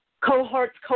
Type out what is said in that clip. cohorts